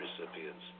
recipients